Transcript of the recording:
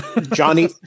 Johnny